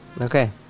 Okay